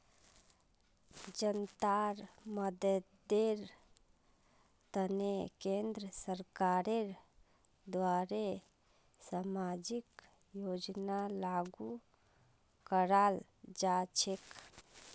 जनतार मददेर तने केंद्र सरकारेर द्वारे सामाजिक योजना लागू कराल जा छेक